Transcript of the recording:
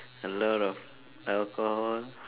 a lot of alcohol